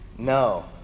No